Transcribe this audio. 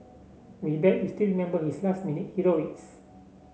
we bet you still remember his last minute heroics